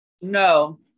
No